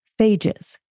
phages